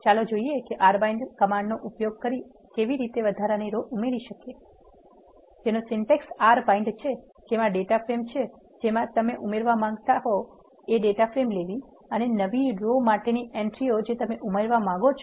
ચાલો જોઈએ કે r bind કમાન્ડનો ઉપયોગ કરી કેવી રિતે વધારાની રો ઉમેરી શકીએ છીએ જેની સિન્ટેક્ષ r bind છે જેમાં ડેટા ફ્રેમ છે જેમા તમે ઉમેરવા માંગો છો અને નવી રો માટેની એન્ટ્રિઓ જે તમે ઉમેરવા માંગો છો